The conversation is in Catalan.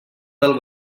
del